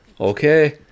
Okay